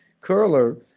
curler